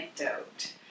anecdote